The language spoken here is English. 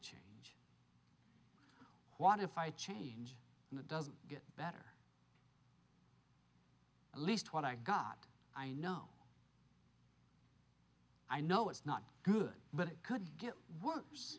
change what if i change and it doesn't get better at least what i got i know i know it's not good but it could get worse